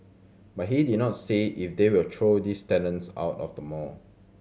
but he did not say if they will throw these tenants out of the mall